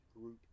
group